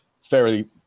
fairly